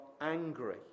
angry